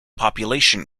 population